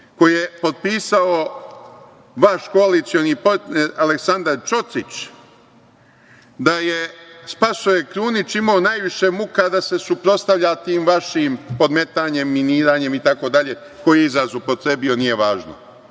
koji je potpisao vaš koalicioni partner Aleksandar Čotrić, da je Spasoje Krunić imao najviše muka da se suprotstavlja tim vašim podmetanjima, miniranjem itd, koji je izraz upotrebio nije važno.